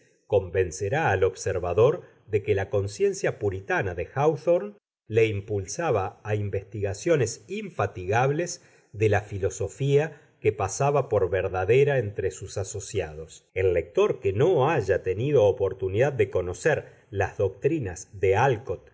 convencerá al observador de que la conciencia puritana de háwthorne le impulsaba a investigaciones infatigables de la filosofía que pasaba por verdadera entre sus asociados el lector que no haya tenido oportunidad de conocer las doctrinas de